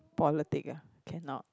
politic ah cannot